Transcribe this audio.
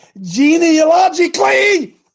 genealogically